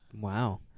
Wow